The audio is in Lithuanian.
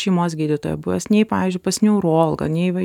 šeimos gydytoją buvęs nei pavyzdžiui pas neurologą nei va